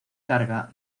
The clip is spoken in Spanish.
carga